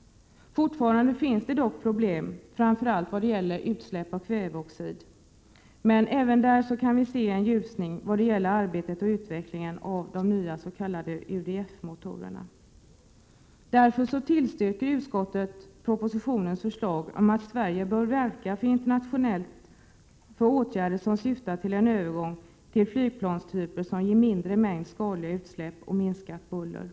Fortfarande finns det dock problem framför allt i fråga om utsläpp av kväveoxid, men även där kan vi se en ljusning genom arbetet med och utvecklingen av de nya UDF-motorerna. Därför tillstyrker utskottet propositionens förslag om att Sverige bör verka internationellt för åtgärder som syftar till en övergång till flygplanstyper som ger mindre mängd skadliga utsläpp och mindre buller. Det är dessutom Prot.